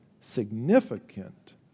significant